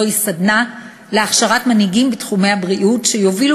זוהי סדנה להכשרת מנהיגים בתחומי הבריאות שיובילו